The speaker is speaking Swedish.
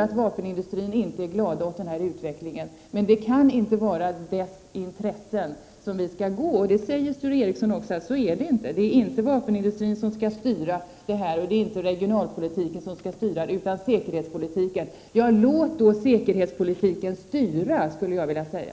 Att vapenindustrin inte är glad åt den här utvecklingen, det förstår jag. Men det kan inte vara dess intressen vi skall företräda, och Sture Ericson säger också att så är det inte. Det är inte vapenindustrin och inte heller regionalpolitiken som skall styra, utan det är säkerhetspolitiken. Låt då säkerhetspolitiken styra, skulle jag vilja säga.